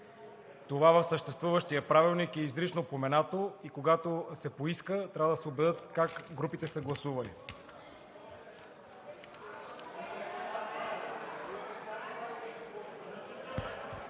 Това в съществуващия Правилник е изрично упоменато и когато се поиска, трябва да се обяви как групите са гласували.